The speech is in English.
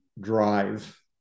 drive